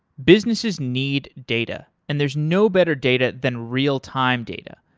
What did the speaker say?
businesses need data and there's no better data than real time data,